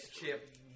chip